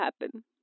happen